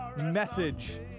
message